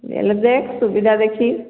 ହେଲେ ଦେଖେ ସୁବିଧା ଦେଖି